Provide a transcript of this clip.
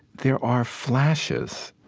there are flashes,